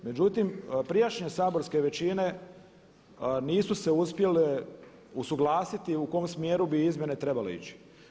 Međutim, prijašnje saborske većine nisu se uspjele usuglasiti u kom smjeru bi izmjene trebale ići.